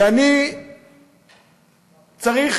שאני צריך